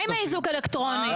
מה עם איזוק אלקטרוני?